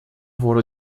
wurde